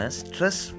stress